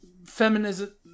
feminism